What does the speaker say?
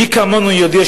ומי כמונו יודע,